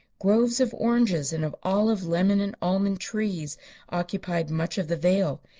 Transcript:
groves of oranges and of olive, lemon and almond trees occupied much of the vale,